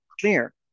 clear